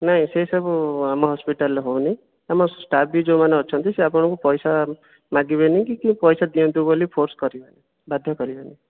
ନାଇଁ ସେଇ ସବୁ ଆମ ହସ୍ପିଟାଲ୍ରେ ହେଉନି ଆମ ଷ୍ଟାଫ୍ ବି ଯେଉଁମାନେ ଅଛନ୍ତି ସେ ଆପଣଙ୍କୁ ପଇସା ମାଗିବେନି କି କିଏ ପଇସା ଦିଅନ୍ତୁ ବୋଲି ଫୋର୍ସ୍ କରିବେନି ବାଧ୍ୟ କରିବେନି